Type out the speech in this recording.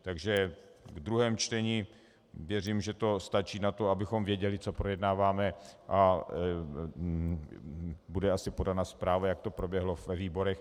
Takže v druhém čtení věřím, že to stačí na to, abychom věděli, co projednáváme, a bude asi podána zpráva, jak to proběhlo ve výborech.